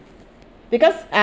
because uh